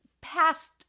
past